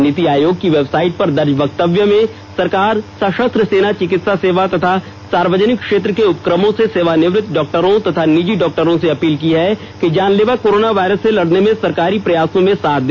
नीति आयोग की वेबसाइट पर दर्ज वक्तव्य में सरकार सशस्त्र सेना चिकित्सा सेवा तथा सार्वजनिक क्षेत्र के उपक्रमों से सेवानिवृत डॉक्टरों तथा निजी डॉक्टरों से अपील की है कि जानलेवा कोरोना वायरस से लड़ने में सरकारी प्रयासों में साथ दे